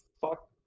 fuck